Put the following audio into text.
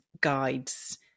guides